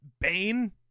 Bane